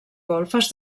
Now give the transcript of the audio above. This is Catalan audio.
golfes